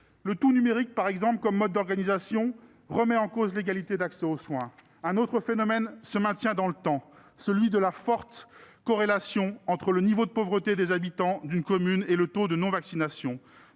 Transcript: Le tout-numérique comme mode d'organisation, par exemple, remet en cause l'égalité de l'accès aux soins. Un autre phénomène se maintient dans le temps : celui de la forte corrélation entre le niveau de pauvreté des habitants d'une commune et le taux de non-vaccination.